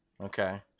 Okay